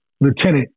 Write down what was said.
Lieutenant